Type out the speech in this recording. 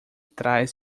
trás